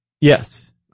Yes